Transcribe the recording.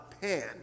Pan